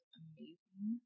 amazing